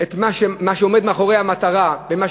את מה שעומד מאחורי מה שנאמר,